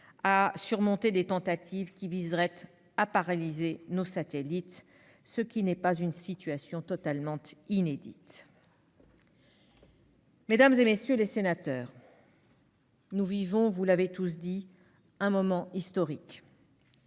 massives ou des tentatives qui viseraient à paralyser nos satellites, ce qui n'est pas une situation totalement inédite. Mesdames, messieurs les sénateurs, nous vivons, vous l'avez tous dit, un moment historique.